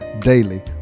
Daily